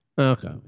Okay